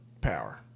Power